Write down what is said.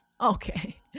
Okay